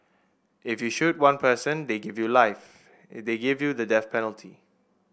if you shoot one person they give you life they give you the death penalty